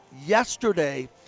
Yesterday